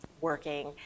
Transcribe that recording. working